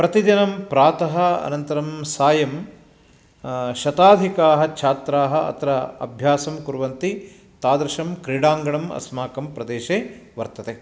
प्रतिदिनं प्रातः अनन्तरं सायं शताधिकाः छात्राः अत्र अभ्यासं कुर्वन्ति तादृशं क्रीडाङ्गणम् अस्माकं प्रदेशे वर्तते